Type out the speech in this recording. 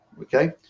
Okay